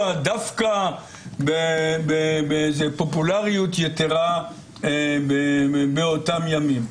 דווקא באיזה פופולריות יתרה באותם ימים.